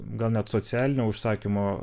gal net socialinio užsakymo